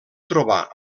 trobar